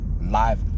live